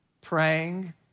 praying